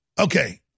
Okay